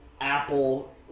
Apple